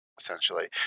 Essentially